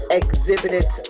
exhibited